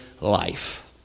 life